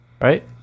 right